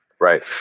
Right